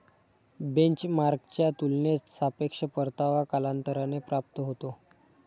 बेंचमार्कच्या तुलनेत सापेक्ष परतावा कालांतराने प्राप्त होतो